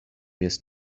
this